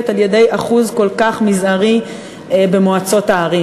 על-ידי אחוז כל כך מזערי במועצות הערים,